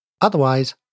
Otherwise